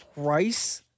price